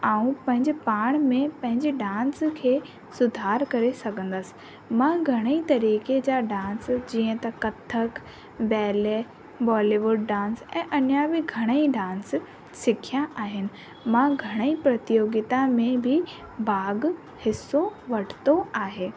मां पंहिंजे पाण में पहिंजे डांस खे सुधार करे सघंदसि मां घणेई तरीक़े जा डांस जीअं त कथक बैले बॉलीवुड डांस ऐं अञा बि घणेई डांस सिखिया आहिनि मां घणेई प्रतियोगिता में बि भाग हिसो वरितो आहे